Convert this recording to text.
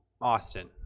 Austin